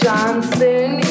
Johnson